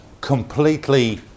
completely